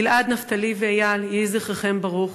גיל-עד, נפתלי ואיל, יהי זכרכם ברוך.